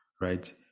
right